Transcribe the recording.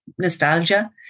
nostalgia